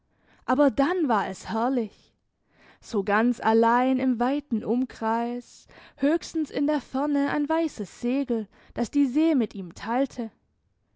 aber dann war es herrlich so ganz allein im weiten umkreis höchstens in der ferne ein weisses segel das die see mit ihm teilte